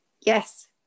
yes